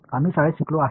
आम्ही शाळेत शिकलो आहे